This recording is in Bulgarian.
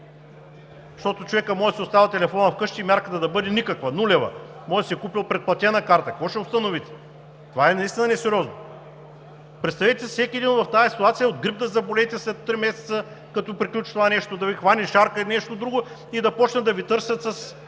Защото човекът може да си е оставил телефона в къщи и мярката да бъде никаква, нулева. Може да си е купил предплатена карта – какво ще установите? Това е наистина несериозно! Представете си всеки един в тази ситуация: от грип да заболеете, след три месеца, като приключи това нещо, да Ви хване шарка или нещо друго и да почнат да Ви търсят с…